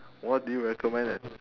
what do you recommend as